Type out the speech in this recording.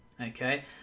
okay